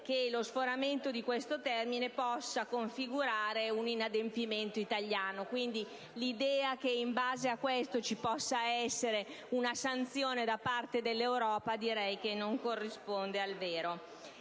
che lo sforamento di questo termine possa configurare un inadempimento italiano. Quindi, l'idea che in base a questo possa esserci una sanzione da parte dell'Europa, a mio avviso, non corrisponde al vero.